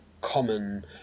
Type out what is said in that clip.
common